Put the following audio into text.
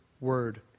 word